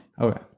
Okay